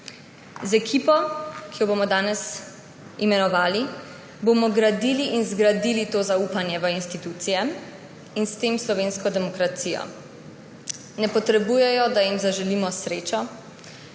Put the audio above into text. Z ekipo, ki jo bomo danes imenovali, bomo gradili in zgradili zaupanje v institucije in s tem slovensko demokracijo. Ne potrebujejo, da jim zaželimo srečo,